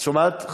את שומעת?